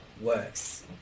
works